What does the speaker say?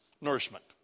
nourishment